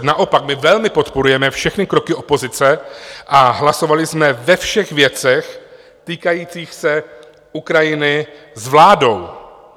Naopak, my velmi podporujeme všechny kroky opozice (?) a hlasovali jsme ve všech věcech týkajících se Ukrajiny s vládou.